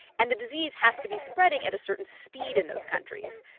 and the disease has to be spreading at a certain speed in those countries.